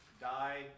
died